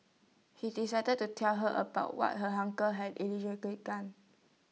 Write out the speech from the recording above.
he decided to tell her about what her uncle had done